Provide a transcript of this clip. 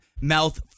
mouth